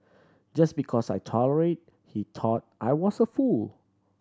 just because I tolerate he thought I was a fool